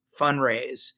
fundraise